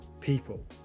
people